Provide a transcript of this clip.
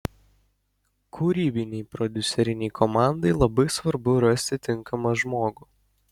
kūrybinei prodiuserinei komandai labai svarbu rasti tinkamą žmogų